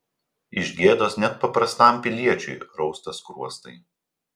iš gėdos net paprastam piliečiui rausta skruostai